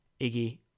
Iggy